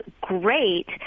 great